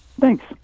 Thanks